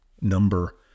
number